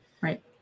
Right